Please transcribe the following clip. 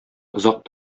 озак